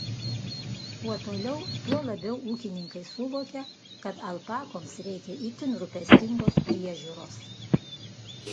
kuo toliau tuo labiau ūkininkai suvokia kad alpakoms reikia itin rūpestingos priežiūros